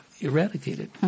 eradicated